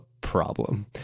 problem